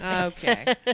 Okay